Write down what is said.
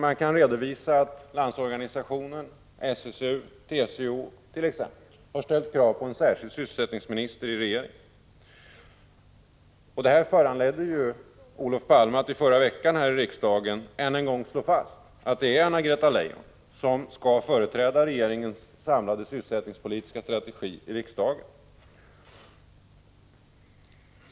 Man kan redovisa att t.ex. Landsorganisationen, SSU och TCO har ställt krav på en särskild sysselsättningsminister i regeringen. Detta föranledde Olof Palme att i förra veckan här i riksdagen än en gång slå fast att det är Anna-Greta Leijon som skall företräda regeringens samlade sysselsättningspolitiska strategi.